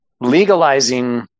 legalizing